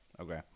okay